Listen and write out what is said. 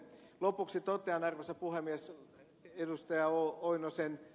lopuksi totean arvoisa puhemies ed